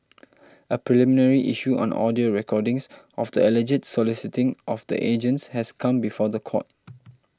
a preliminary issue on audio recordings of the alleged soliciting of the agents has come before the court